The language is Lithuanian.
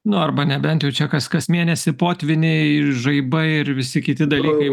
no arba nebent jau čias kas kas mėnesį potvyniai žaibai ir visi kiti dalykai